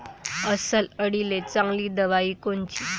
अस्वल अळीले चांगली दवाई कोनची?